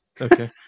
Okay